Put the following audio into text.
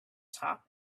top